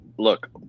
Look